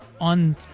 on